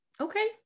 Okay